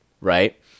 right